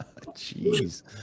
jeez